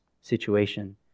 situation